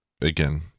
again